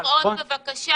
ניר עוז, בבקשה.